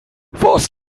was